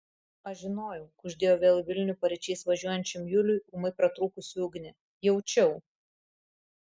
aš žinojau kuždėjo vėl į vilnių paryčiais važiuojančiam juliui ūmai pratrūkusi ugnė jaučiau